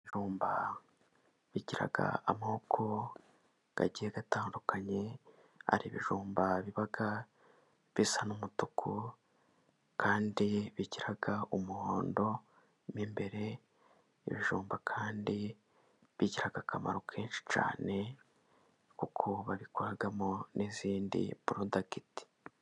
Ibijumba bigira amoko agiye atandukanye, hari ibijumba biba bisa n'umutuku kandi bigira umuhondo imbere y'ibijumba. Kandi bigira akakamaro kenshi cyane kuko babikoramo n'izindi porodagiti.